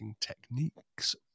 techniques